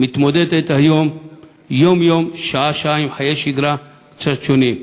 מתמודדת היום יום-יום שעה-שעה עם חיי שגרה קצת שונים.